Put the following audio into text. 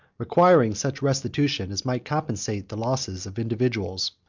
requiring such restitution as might compensate the losses of individuals,